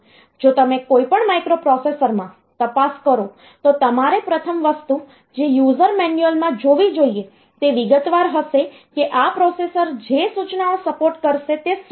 જો તમે કોઈપણ માઇક્રોપ્રોસેસરમાં તપાસ કરો તો તમારે પ્રથમ વસ્તુ જે યુઝર મેન્યુઅલમાં જોવી જોઈએ તે વિગતવાર હશે કે આ પ્રોસેસર જે સૂચનાઓ સપોર્ટ કરશે તે શું છે